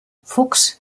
fuchs